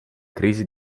crisi